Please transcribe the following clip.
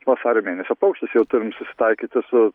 vasario mėnesio paukštis jau turim susitaikyti su